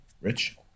Rich